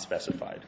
specified